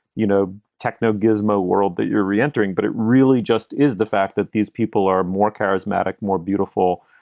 you know, techno gizmo world that you're re-entering. but it really just is the fact that these people are more charismatic, more beautiful,